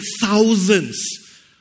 thousands